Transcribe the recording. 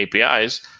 apis